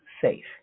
safe